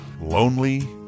lonely